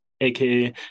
aka